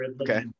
okay